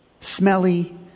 smelly